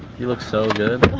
you look so good.